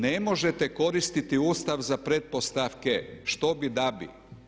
Ne možete koristiti Ustav za pretpostavke što bi, da bi.